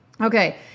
Okay